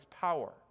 power